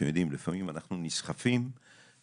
אתם יודעים, לפעמים אנחנו נסחפים ואז